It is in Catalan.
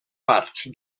parts